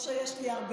זה מה שאותי מדאיג.